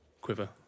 quiver